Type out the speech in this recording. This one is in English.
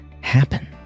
happen